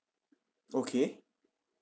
okay